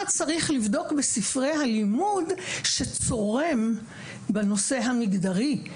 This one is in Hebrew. צריך לבדוק בספרי הלימוד שצורם בנושא המגדרי.